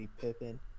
Pippen